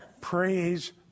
Praise